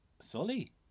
Sully